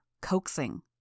coaxing